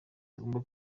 tugomba